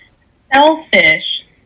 Selfish